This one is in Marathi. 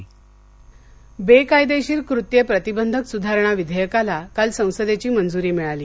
संसद बेकायदेशीर कृत्ये प्रतिबंधक सुधारणा विधेयकाला काल संसदेची मंजूरी मिळाली